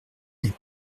n’est